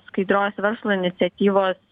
skaidrios verslo iniciatyvos